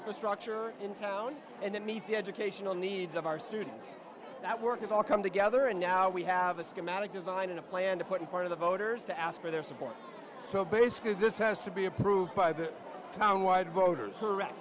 infrastructure in town and it meets the educational needs of our students that work has all come together and now we have a schematic design and a plan to put in front of the voters to ask for their support so basically this has to be approved by the town wide voters